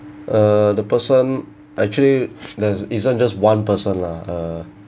uh the person actually that's isn't just one person lah uh